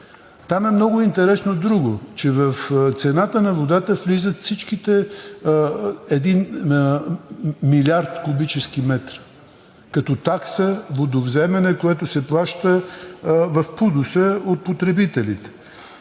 Там е много интересно друго – че в цената на водата влизат всичките 1 млрд. куб. метра като такса водовземане, което се плаща в ПУДООС от потребителите.